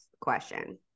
question